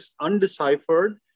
undeciphered